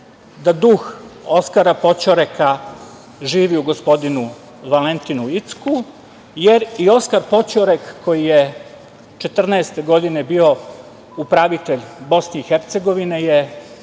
da duh Oskara Poćoreka, živi u gospodinu Valentinu Incku, jer i Oskar Poćorek koji je 1914. godine bio upravitelj BiH, je